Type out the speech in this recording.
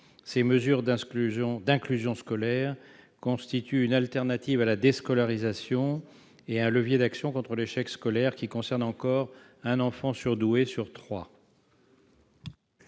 Ces mesures d'inclusion scolaire constituent une solution de substitution à la déscolarisation et un levier d'action contre l'échec scolaire, échec qui concerne encore un enfant surdoué sur trois.